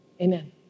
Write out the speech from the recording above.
Amen